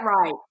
right